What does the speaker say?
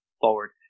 forward